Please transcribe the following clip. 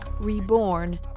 Reborn